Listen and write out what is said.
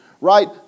right